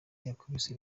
yakubise